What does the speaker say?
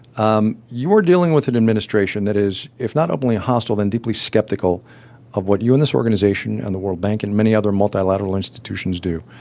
um you are dealing with an administration that is, if not openly hostile, then deeply skeptical of what you and this organization and the world bank and many other multilateral institutions do.